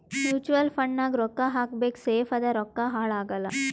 mutual fund ನಾಗ್ ರೊಕ್ಕಾ ಹಾಕಬೇಕ ಸೇಫ್ ಅದ ರೊಕ್ಕಾ ಹಾಳ ಆಗಲ್ಲ